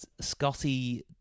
Scotty